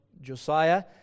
Josiah